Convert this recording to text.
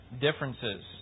differences